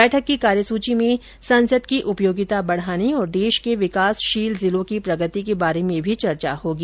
बैठक की कार्यसूची में संसद की उपयोगिता बढ़ाने और देश के विकासशील जिलों की प्रगति के बारे में भी चर्चा होगी